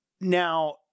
now